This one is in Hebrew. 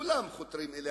כולם חותרים אליה,